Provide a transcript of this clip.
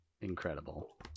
incredible